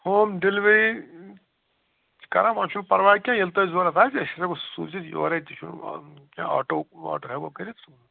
home delivery چھِ کران وۄنۍ چھُنہٕ پرواے کیٚنٛہہ ییٚلہِ تۄہہِ ضوٚرَتھ آسہِ أسۍ ہٮ۪کو سوٗزِتھ یورَے تہِ چھُنہٕ کیٚنٛہہ آٹوٗ واٹوٗ ہٮ۪کو کٔرِتھ